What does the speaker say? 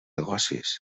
negocis